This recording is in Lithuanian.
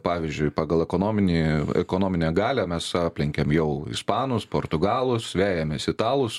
pavyzdžiui pagal ekonominį ekonominę galią mes aplenkėm jau ispanus portugalus vejamės italus